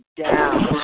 down